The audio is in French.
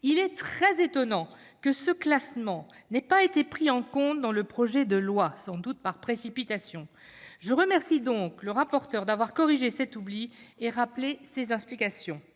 Il est très étonnant que ce classement n'ait pas été pris en compte dans le projet de loi, sans doute par précipitation. Je remercie donc le rapporteur d'avoir corrigé cet oubli et rappelé ses implications.